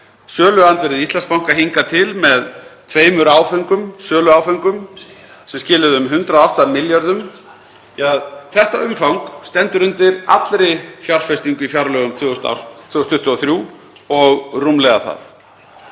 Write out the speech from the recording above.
Söluandvirði Íslandsbanka hingað til með tveimur áföngum, söluáföngum sem skiluðu um 108 milljörðum — þetta umfang stendur undir allri fjárfestingu í fjárlögum ársins 2023 og rúmlega það.